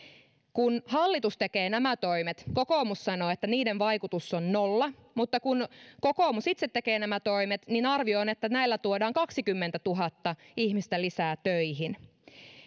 kun hallitus tekee nämä toimet kokoomus sanoo että niiden vaikutus on nolla mutta kun kokoomus itse tekee nämä toimet arvio on että näillä tuodaan kaksikymmentätuhatta ihmistä lisää töihin